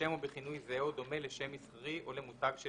בשם או בכינוי זהה או דומה לשם מסחרי או למותג של